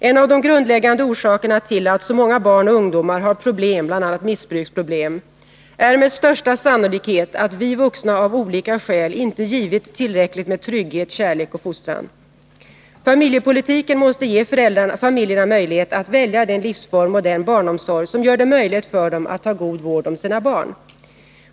En av de grundläggande orsakerna till att så många barn och ungdomar har problem, bl.a. missbruksproblem, är med största sannolikhet att vi vuxna av olika skäl inte givit tillräckligt med trygghet, kärlek och fostran. Familjepolitiken måste ge familjerna möjlighet att välja den livsform och den barnomsorg som gör det möjligt för dem att ta god vård om sina barn.